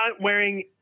wearing